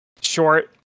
short